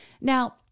Now